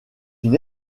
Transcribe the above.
une